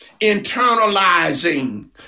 internalizing